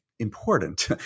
important